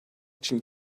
için